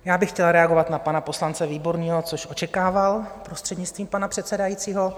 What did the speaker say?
Já bych chtěla reagovat na pana poslance Výborného, což očekával, prostřednictvím pana předsedajícího.